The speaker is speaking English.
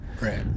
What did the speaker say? right